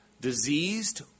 diseased